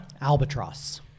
albatross